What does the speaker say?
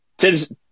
Tim's